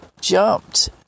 jumped